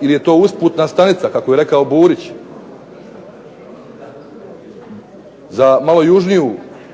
ili je to usputna stanica kako je rekao Burić. Za malo južniju